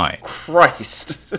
christ